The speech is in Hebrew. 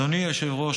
אדוני היושב-ראש,